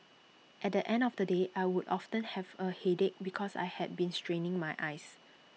at the end of the day I would often have A headache because I had been straining my eyes